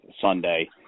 Sunday